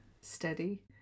steady